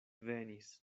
venis